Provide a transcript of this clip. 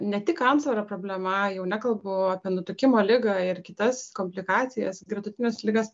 ne tik antsvorio problema jau nekalbu apie nutukimo ligą ir kitas komplikacijas gretutines ligas